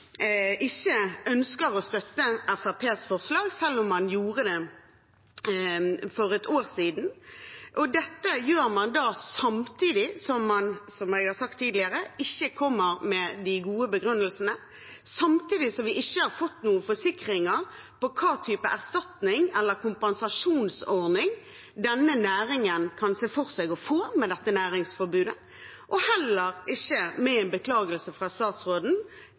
ikke ønsker å støtte Fremskrittspartiets forslag, selv om man gjorde det for et år siden. Dette gjør man da samtidig som man – som jeg har sagt tidligere – ikke kommer med de gode begrunnelsene, og samtidig som vi ikke har fått noen forsikringer om hva slags erstatning eller kompensasjonsordning denne næringen kan se for seg å få med dette næringsforbudet. Det er heller ikke noen beklagelse fra statsråden